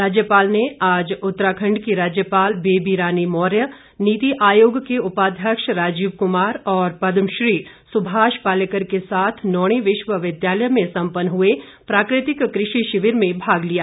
राज्यपाल ने आज उत्तराखंड की राज्यपाल बेबी रानी मौर्य नीति आयोग के उपाध्यक्ष राजीव कुमार और पदमश्री सुभाष पालेकर के साथ नौणी विश्वविद्यालय में संपन्न हुए प्राकृतिक कृषि शिविर में भाग लिया